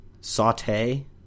saute